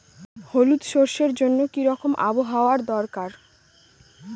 হলুদ সরষে জন্য কি রকম আবহাওয়ার দরকার?